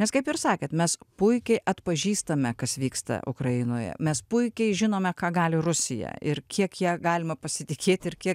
nes kaip ir sakėt mes puikiai atpažįstame kas vyksta ukrainoje mes puikiai žinome ką gali rusija ir kiek ja galima pasitikėti ir kiek